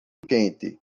quente